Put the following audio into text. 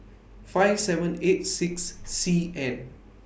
five seven eight six C N